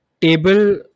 table